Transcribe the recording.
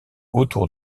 autour